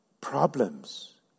Problems